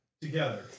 together